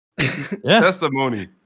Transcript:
Testimony